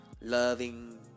loving